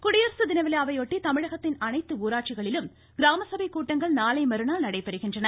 இருவரி குடியரசு தினவிழாவையொட்டி தமிழகத்தின் அனைத்து ஊராட்சிகளிலும் கிராமசபைக் கூட்டங்கள் நாளை மறுநாள் நடைபெறுகின்றன